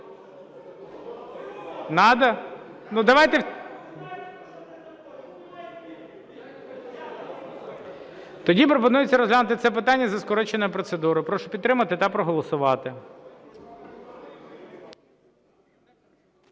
Тоді пропонується розглянути це питання за скороченою процедурою. Прошу підтримати та проголосувати.